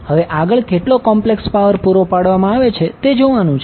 હવે આગળ કેટલો કોમ્પ્લેક્સ પાવર પુરો પાડવામાં આવે છે તે જોવાનું છે